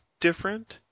different